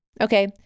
Okay